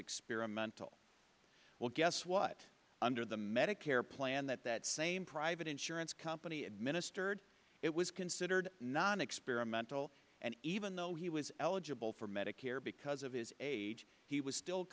experimental well guess what under the medicare plan that that same private insurance company administered it was considered non experimental and even though he was eligible for medicare because of his age he was still